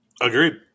Agreed